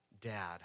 dad